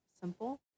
simple